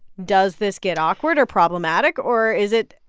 does this get awkward or problematic, or is it,